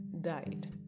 died